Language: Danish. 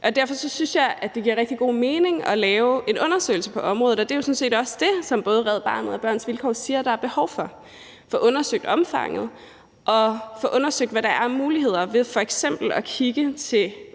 Derfor synes jeg, at det giver rigtig god mening at lave en undersøgelse på området, og det er jo sådan set også det, som både Red Barnet og Børns Vilkår siger der er behov for, altså at få undersøgt omfanget og få undersøgt, hvad der er af muligheder ved f.eks. at kigge til